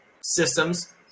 systems